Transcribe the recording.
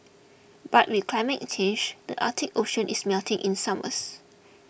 but with climate change the Arctic Ocean is melting in summers